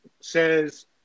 says